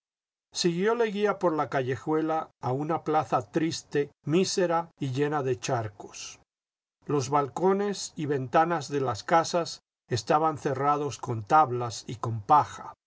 siguió leguía por la callejuela a una plaza triste mísera y llena de charcos los balcones y ventanas de las casas estaban cerradas con tablas y con paja